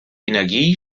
energie